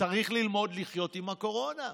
צריך ללמוד לחיות עם הקורונה.